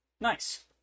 Nice